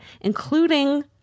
including